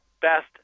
best